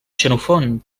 xenofont